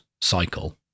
cycle